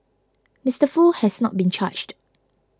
Mister Foo has not been charged